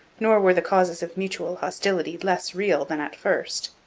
nor were the causes of mutual hostility less real than at first.